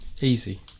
easy